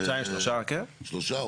שלושה,